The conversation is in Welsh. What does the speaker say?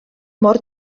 mor